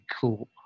cool